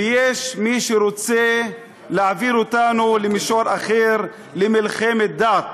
ויש מי שרוצה להעביר אותנו למישור אחר: למלחמת דת.